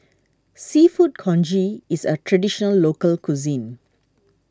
Seafood Congee is a Traditional Local Cuisine